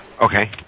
Okay